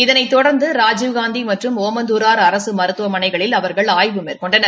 இதனைத் தொடர்ந்து ராஜீவ்காந்தி மற்றும் ஒமந்துரார் அரசு மருத்துவமனைகளில் ஆய்வு மேற்கொண்டனர்